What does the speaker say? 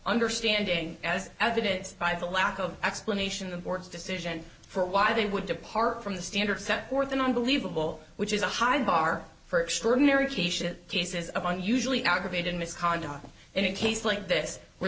understanding as evidenced by the lack of explanation the board's decision for why they would depart from the standard set for the unbelievable which is a high bar for extraordinary cation cases of one usually aggravated misconduct in a case like this where